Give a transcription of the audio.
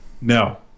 No